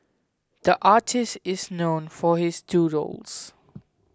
the artist is known for his doodles